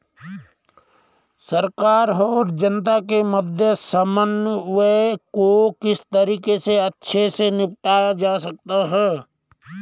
सरकार और जनता के मध्य समन्वय को किस तरीके से अच्छे से निपटाया जा सकता है?